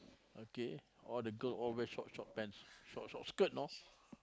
okay all the girl all wear short short pants short short skirt know